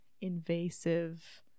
invasive